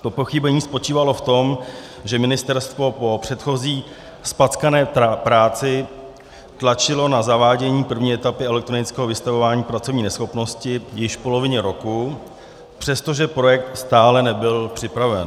To pochybení spočívalo v tom, že ministerstvo po předchozí zpackané práci tlačilo na zavádění první etapy elektronického vystavování pracovní neschopnosti již v polovině roku, přestože projekt stále nebyl připraven.